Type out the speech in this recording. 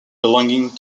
belonging